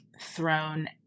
thrown